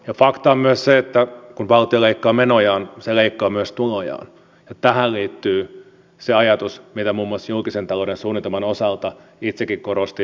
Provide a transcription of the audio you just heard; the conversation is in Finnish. ja fakta on myös se että kun valtio leikkaa menojaan se leikkaa myös tulojaan ja tähän liittyy se ajatus mitä muun muassa julkisen talouden suunnitelman osalta itsekin korostin